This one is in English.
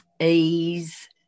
ease